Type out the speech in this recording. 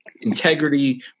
integrity